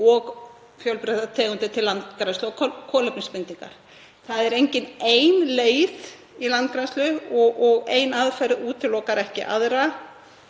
og fjölbreyttar tegundir til landgræðslu og kolefnisbindingar. Það er engin ein leið í landgræðslu og ein aðferð útilokar ekki aðra